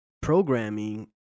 programming